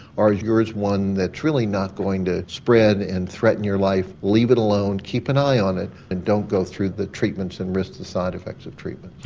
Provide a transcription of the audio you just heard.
or is yours one that's really not going to spread and threaten your life leave it alone, keep an eye on it and don't go through the treatments and risk the side effects of treatments.